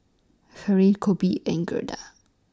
Fairy Coby and Gerda